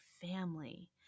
family